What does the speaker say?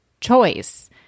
choice